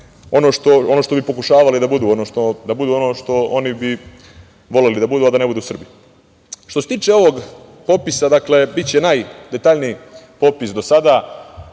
ono što bi pokušavali da budu, da budu ono što bi voleli da budu, a da ne budu Srbi. Što se tiče ovog popisa, biće najdetaljniji popis do sada.